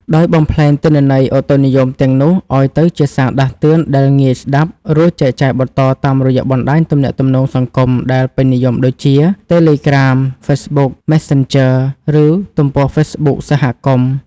ដោយបំប្លែងទិន្នន័យឧតុនិយមទាំងនោះឱ្យទៅជាសារដាស់តឿនដែលងាយស្ដាប់ រួចចែកចាយបន្តតាមរយៈបណ្ដាញទំនាក់ទំនងសង្គមដែលពេញនិយមដូចជា តេឡេក្រាម (Telegram) ហ្វេសប៊ុក (Facebook) មេសសិនជឺ (Messenger) ឬទំព័រហ្វេសប៊ុកសហគមន៍។